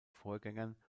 vorgängern